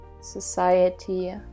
Society